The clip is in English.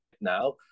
now